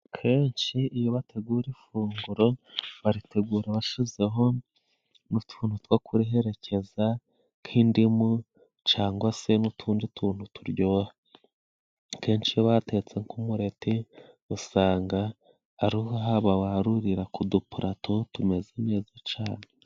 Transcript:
Akenshi iyo bategura ifunguro baritegura bashyizeho n'utuntu two kuriherekeza nk'indimu cyangwa se n'utundi tuntu turyoha, kenshi iyo batetse nk'umureti usanga hari abawarurira k'udupalato tumeze neza cyane.